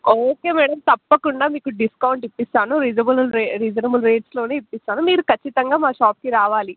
okay madam తప్పకుండా మీకు discount ఇస్తాను రీజనబుల్ రే రిజనబుల్ రేట్లో ఇస్తాను మీరు ఖచ్చితంగా మా షాప్కి రావాలి